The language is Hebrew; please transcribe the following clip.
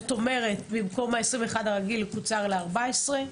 זאת אומרת במקום 21 הרגיל הוא קוצר ל-14.